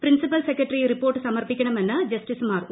principal secretary report സമർപ്പിക്കണമെന്ന് ജസ്റ്റിസ്സുമാരായ R